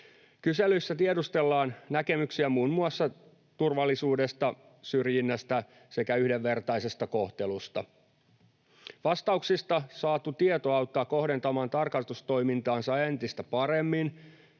Kyselyssä tiedustellaan näkemyksiä muun muassa turvallisuudesta, syrjinnästä sekä yhdenvertaisesta kohtelusta. Vastauksista saatu tieto auttaa kohdentamaan tarkastustoimintaa entistä paremmin.”